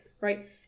Right